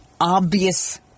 obvious